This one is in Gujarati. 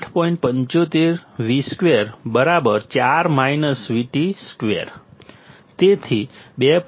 75 V2 2 તેથી 2